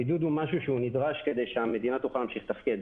הבידוד נדרש כדי שהמדינה תוכל להמשיך לתפקד,